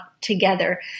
together